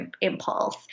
impulse